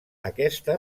aquesta